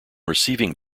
receiving